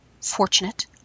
fortunate